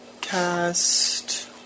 cast